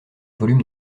volume